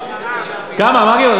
כמה גירעון,